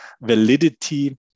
validity